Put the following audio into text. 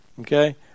Okay